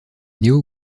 néo